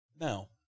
Now